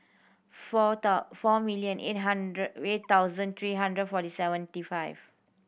four four million eight hundred thousand three hundred forty seventy five